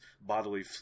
bodily